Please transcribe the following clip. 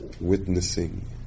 witnessing